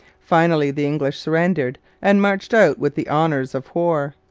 finally the english surrendered and marched out with the honours of war.